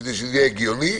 כדי שזה יהיה הגיוני,